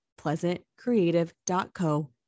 pleasantcreative.co